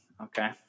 okay